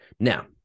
Now